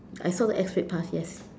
I saw the X rate pass yes